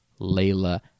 layla